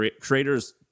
creators